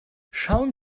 schauen